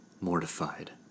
mortified